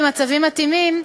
במצבים המתאימים,